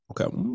Okay